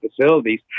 facilities